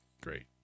Great